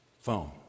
phone